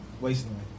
Wasting